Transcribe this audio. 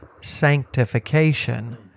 sanctification